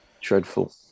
Dreadful